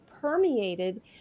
permeated